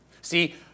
See